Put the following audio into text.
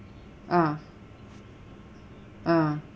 ah ah